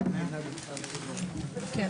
הישיבה ננעלה בשעה 13:25.